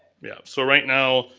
yeah. so right now,